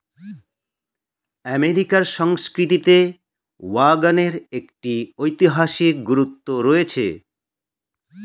আমেরিকার সংস্কৃতিতে ওয়াগনের একটি ঐতিহাসিক গুরুত্ব রয়েছে